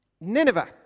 Nineveh